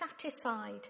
satisfied